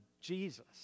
Jesus